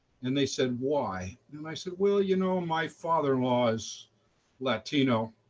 and they said, why? and i said, well, you know, my father-in-law is latino,